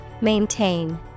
Maintain